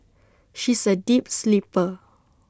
she is A deep sleeper